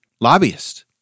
lobbyist